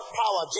power